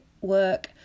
work